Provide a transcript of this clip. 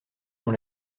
dans